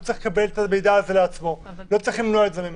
הוא צריך לקבל אותו ולא צריך למנוע את זה ממנו.